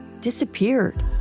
disappeared